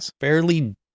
fairly